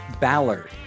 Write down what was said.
Ballard